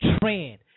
trend